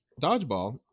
dodgeball